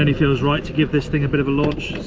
and feels right to give this thing a bit of a launch,